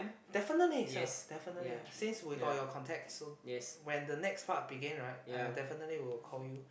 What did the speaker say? definitely sir definitely since we got your contact so when the next part begin right I definitely will call you